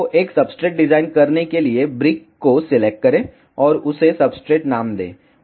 तो एक substrate design करने के लिए ब्रिक को सिलेक्ट करें और उसे सबस्ट्रेट नाम दें